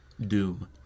Doom